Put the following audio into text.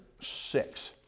six